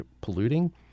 polluting